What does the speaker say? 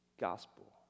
gospel